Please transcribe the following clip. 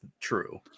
true